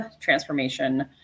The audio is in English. transformation